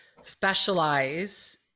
specialize